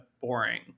boring